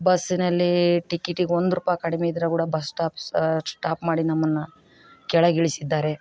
ಬಸ್ಸಿನಲ್ಲಿ ಟಿಕೇಟಿಗೆ ಒಂದು ರುಪಾಯಿ ಕಡಿಮೆ ಇದ್ರೆ ಕೂಡ ಬಸ್ ಸ್ಟಾಪ್ ಸ್ಟಾಪ್ ಮಾಡಿ ನಮ್ಮನ್ನು ಕೆಳಗಿಳಿಸಿದ್ದಾರೆ